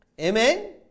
Amen